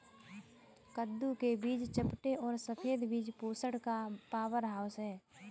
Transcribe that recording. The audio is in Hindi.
कद्दू के बीज चपटे और सफेद बीज पोषण का पावरहाउस हैं